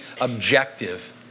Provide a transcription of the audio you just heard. objective